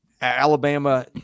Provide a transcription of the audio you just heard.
Alabama